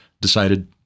decided